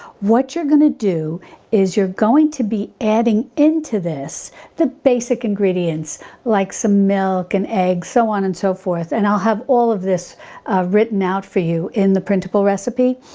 what you're going to do is you're going to be adding into this the basic ingredients like some milk and eggs so on and so forth and i'll have all of this written out for you in the printable recipe.